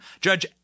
Judge